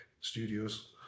studios